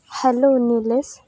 hello Nilesh